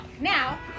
Now